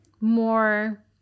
more